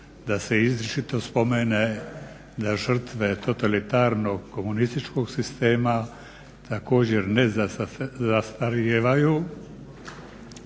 da se izričito spomene da žrtve totalitarnog komunističkog sistema, također ne zastarijevaju,